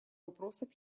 вопросов